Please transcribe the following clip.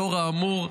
לאור האמור,